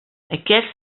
aquests